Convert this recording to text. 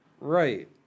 Right